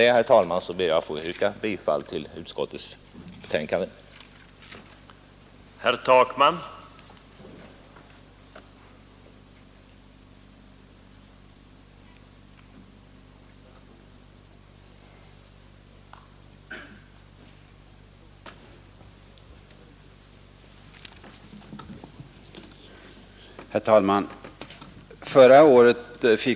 Jag ber att med det anförda få yrka bifall till utskottets hemställan.